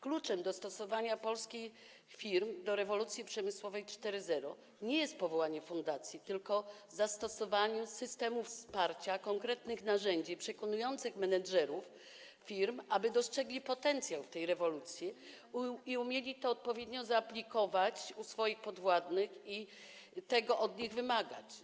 Kluczem dostosowania polskich firm do rewolucji przemysłowej 4.0 nie jest powołanie fundacji, tylko zastosowanie systemów wsparcia, konkretnych narzędzi przekonujących menedżerów firm do tego, aby dostrzegli potencjał w tej rewolucji i umieli to odpowiednio zaaplikować swoim podwładnym i tego od nich wymagać.